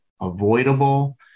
avoidable